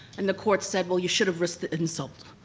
and the court said well you should've risked the insult.